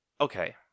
okay